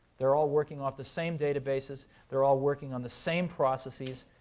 they're all working off the same databases. they're all working on the same processes.